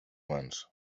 mans